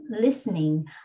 listening